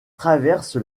traverse